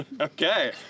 Okay